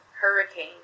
hurricane